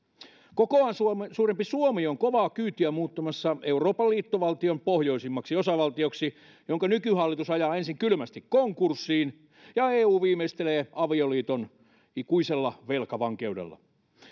kokoaan suurempi suomi on kovaa kyytiä muuttumassa euroopan liittovaltion pohjoisimmaksi osavaltioksi jonka nykyhallitus ajaa ensin kylmästi konkurssiin ja eu viimeistelee avioliiton ikuisella velkavankeudella